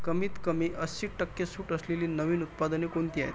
कमीतकमी अस्सी टक्के सूट असलेली नवीन उत्पादने कोणती आहेत